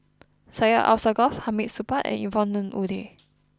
Syed Alsagoff Hamid Supaat and Yvonne Ng Uhde